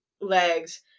legs